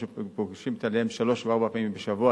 שפוגשים את ילדיהם שלוש וארבע פעמים בשבוע,